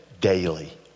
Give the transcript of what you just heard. daily